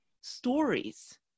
stories